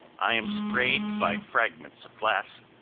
i am sprayed by fragments of glass.